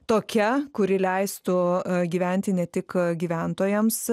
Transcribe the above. tokia kuri leistų gyventi ne tik gyventojams